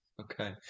Okay